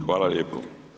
Hvala lijepo.